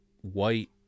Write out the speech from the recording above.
white